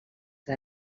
que